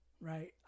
right